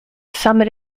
summit